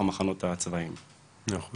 אנחנו עובדים בשיתופי פעולה בחמ"ל מסודר, מאוחד